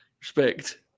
Respect